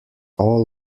all